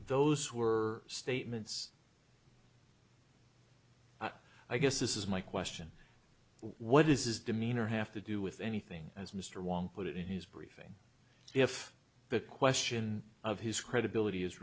who were statements i guess this is my question what is his demeanor have to do with anything as mr wang put it in his briefing if the question of his credibility is